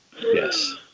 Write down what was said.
Yes